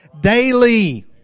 daily